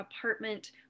apartment